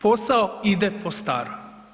Posao ide po starom.